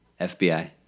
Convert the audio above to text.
FBI